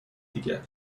دیگر